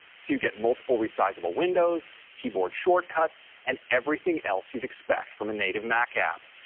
so you get multiple resizable windows, keyboard shortcuts and everything else you'd expect from a native mac app.